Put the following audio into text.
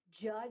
judge